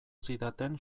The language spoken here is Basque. zidaten